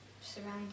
surrounding